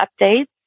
updates